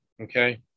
okay